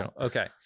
Okay